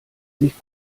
sich